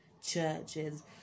churches